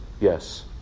Yes